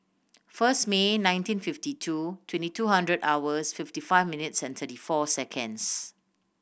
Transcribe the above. first May nineteen fifty two twenty two hundred hours fifty five minutes and thirty four seconds